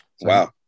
Wow